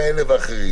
מעקב.